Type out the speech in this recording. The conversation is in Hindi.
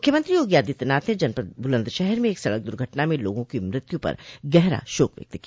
मुख्यमंत्री योगी आदित्यनाथ ने जनपद बुलन्दशहर में एक सड़क दुर्घटना में लोगों की मृत्यु पर गहरा शोक व्यक्त किया